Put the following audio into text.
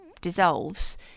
dissolves